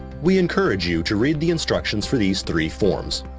we encourage you to read the instructions for these three forms,